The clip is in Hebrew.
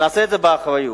ונעשה את זה באחריות.